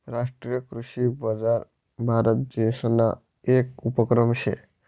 राष्ट्रीय कृषी बजार भारतदेसना येक उपक्रम शे